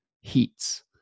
heats